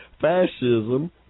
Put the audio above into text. fascism